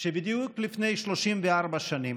שבדיוק לפני 34 שנים,